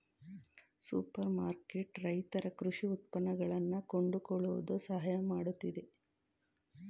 super ಮಾರುಕಟ್ಟೆ ರೈತರ ಕೃಷಿ ಉತ್ಪನ್ನಗಳನ್ನಾ ಕೊಂಡುಕೊಳ್ಳುವುದು ಸಹಾಯ ಮಾಡುತ್ತಿದೆ